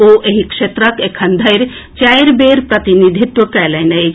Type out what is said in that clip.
ओ एहि क्षेत्रक एखन धरि चारि बेर प्रतिनिधित्व कयलनि अछि